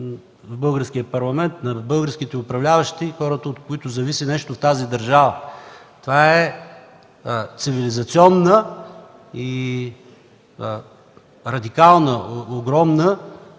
в българския парламент, българските управляващи – хората, от които зависи нещо в тази държава. Това е цивилизационна, радикална, огромна